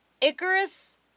Icarus